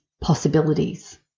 possibilities